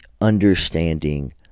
understanding